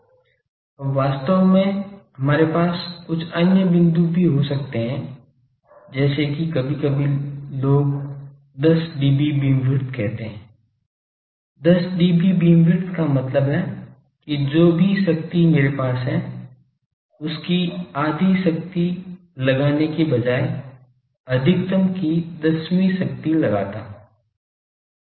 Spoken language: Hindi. अब वास्तव में हमारे पास कुछ अन्य बिंदु भी हो सकते हैं जैसे कि कभी कभी लोग 10 dB बीमविड्थ कहते हैं 10dB बीमविड्थ का मतलब है कि जो भी शक्ति मेरे पास है उसकी आधी लगाने के बजाय अधिकतम की दसवीं शक्ति लगता हूँ